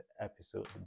episode